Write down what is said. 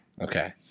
Okay